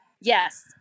yes